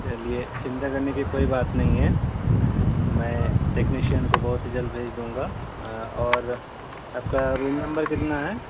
چلیے چنتا کرنے کی کوئی بات نہیں ہے میں ٹیکنیشین کو بہت ہی جلد بھج دوں گا اور آپ کو روم نمبر کتنا ہے